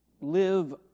live